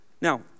Now